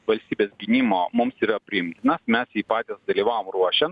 valstybės gynimo mums yra priimtinas mes jį patys dalyvavom ruošiant